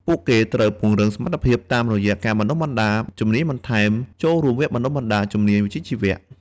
ពួកគេត្រូវពង្រឹងសមត្ថភាពតាមរយះការបណ្តុះបណ្តាលជំនាញបន្ថែមចូលរួមវគ្គបណ្តុះបណ្តាលជំនាញវិជ្ជាជីវៈជាដើម។